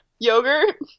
Yogurt